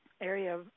area